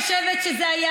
בבקשה.